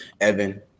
evan